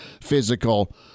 physical